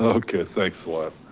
ah okay, thanks a lot.